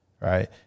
right